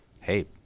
hey